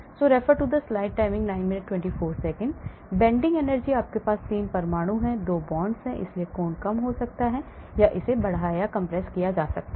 Bending energy आपके पास 3 परमाणु हैं और 2 बॉन्ड हैं इसलिए कोण कम हो सकता है या इसे बढ़ाया या compress किया जा सकता है